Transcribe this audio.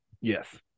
Yes